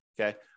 okay